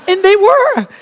and they were!